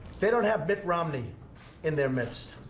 they don't have mitt romney in their midst.